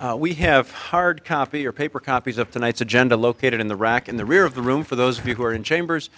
all we have hard copy your paper copies of tonight's agenda located in the rack in the rear of the room for those of you who are in chambers